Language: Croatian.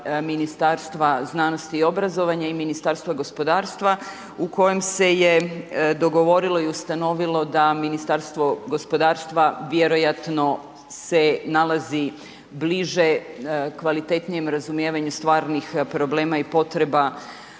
Ministarstva znanosti i obrazovanja i Ministarstva gospodarstva u kojem se je dogovorilo i ustanovilo da Ministarstvo gospodarstva vjerojatno se nalazi bliže kvalitetnijem razumijevanju stvarnih problema i potreba